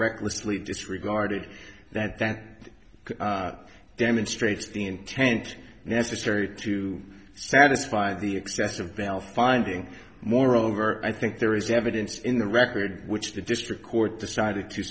recklessly disregarded that that demonstrates the intent necessary to satisfy the excessive bail finding moreover i think there is evidence in the record which the district court decided to